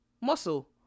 muscle